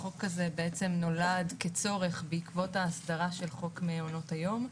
החוק הזה נולד כצורך בעקבות ההסדרה של חוק מעונות היום.